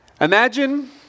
Imagine